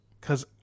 cause